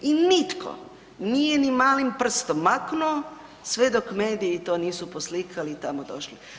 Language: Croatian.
I nitko nije ni malim prstom maknuo sve dok mediji to nisu poslikali i tamo došli.